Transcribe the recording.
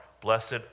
blessed